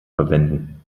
verwenden